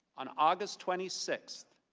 on august twenty six